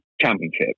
championship